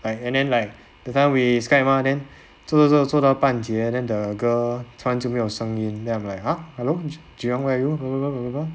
like and then like that time we skype mah then 做做做做到半觉 then the girl 突然就没有声音 then I'm like !huh! hello jiyong where are you